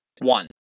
one